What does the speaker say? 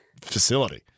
facility